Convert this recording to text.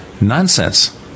nonsense